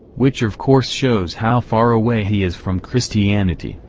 which of course shows how far away he is from christianity,